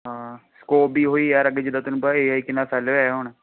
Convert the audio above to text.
ਹਾਂ ਸਕੋਪ ਵੀ ਉਹੀ ਯਾਰ ਅੱਗੇ ਜਿੱਦਾਂ ਤੈਨੂੰ ਪਤਾ ਏ ਆਈ ਕਿੰਨਾ ਫੈਲ ਰਿਹਾ ਹੁਣ